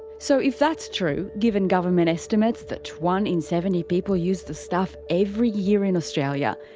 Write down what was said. so if that's true, given government estimates that one in seventy people use the stuff every year in australia,